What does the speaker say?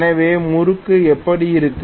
எனவே முறுக்கு எப்படி இருக்கும்